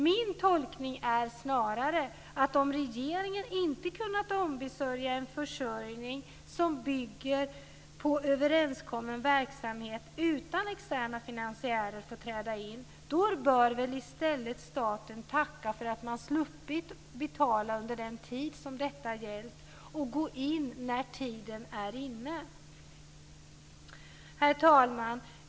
Min tolkning är snarare att om regeringen inte kunnat ordna en försörjning av överenskommen verksamhet, utan externa finansiärer fått träda in, då bör staten i stället tacka för att man sluppit betala under den tid då detta gällt och gå in när tiden är inne. Herr talman!